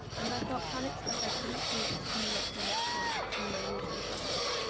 and i felt panicked that i couldn't see what was coming up in the next month in my usual set up.